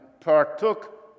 partook